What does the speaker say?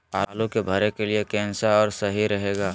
आलू के भरे के लिए केन सा और सही रहेगा?